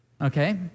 Okay